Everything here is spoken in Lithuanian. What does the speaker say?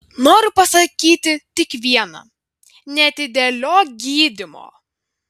noriu pasakyti tik viena neatidėliok gydymo